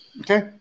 Okay